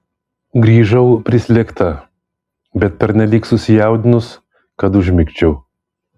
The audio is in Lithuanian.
grįžau prislėgta bet pernelyg susijaudinus kad užmigčiau